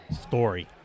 story